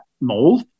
mold